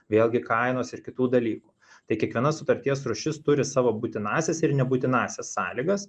vėlgi kainos ir kitų dalykų tai kiekviena sutarties rūšis turi savo būtinąsias ir nebūtinąsias sąlygas